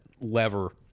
lever